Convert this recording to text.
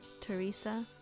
Teresa